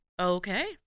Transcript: Okay